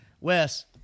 Wes